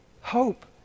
Hope